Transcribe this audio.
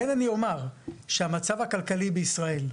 כן אני אומר שהמצב הכלכלי בישראל,